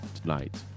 tonight